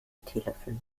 teelöffel